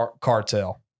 cartel